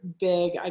big